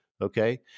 okay